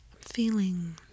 feeling